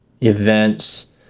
events